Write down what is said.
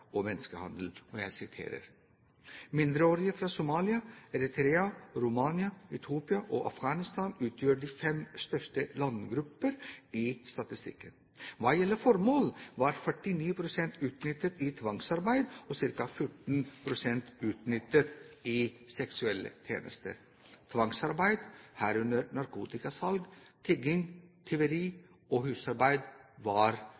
og menneskehandel: «Mindreårige fra Somalia, Eritrea, Romania, Etiopia og Afghanistan utgjør de fem største landgruppene i statistikken. Hva gjelder formål var 49 prosent utnyttet i tvangsarbeid og ca 14 prosent utnyttet i seksuelle tjenester. Tvangsarbeid, herunder narkotikasalg, tigging, tyveri og husarbeid var